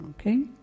Okay